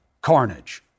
carnage